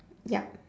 ya